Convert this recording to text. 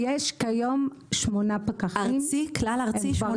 יש כיום שמונה פקחים, הם כבר